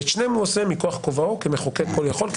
את שניהם הוא עושה מכוח כובעו כמחוקק כל יכול כי